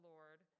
Lord